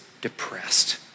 depressed